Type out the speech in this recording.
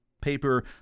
paper